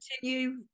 continue